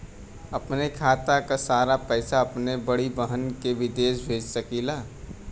अपने खाते क सारा पैसा अपने बड़ी बहिन के विदेश भेज सकीला का?